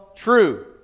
true